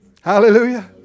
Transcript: Hallelujah